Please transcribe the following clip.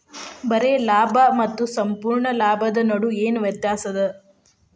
ಬರೆ ಲಾಭಾ ಮತ್ತ ಸಂಪೂರ್ಣ ಲಾಭದ್ ನಡು ಏನ್ ವ್ಯತ್ಯಾಸದ?